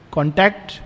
contact